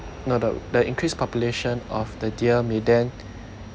no the the increased population of the deer may then